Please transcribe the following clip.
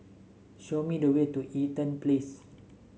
show me the way to Eaton Place